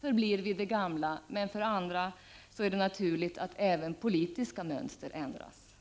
förblir vid det gamla och invanda, men för andra är det naturligt att även politiska mönster ändras.